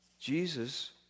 Jesus